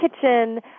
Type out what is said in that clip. kitchen